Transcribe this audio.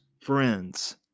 friends